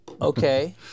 Okay